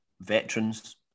veterans